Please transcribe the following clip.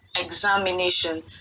examination